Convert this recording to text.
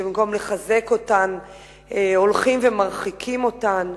שבמקום לחזק אותן הולכים ומרחיקים אותן.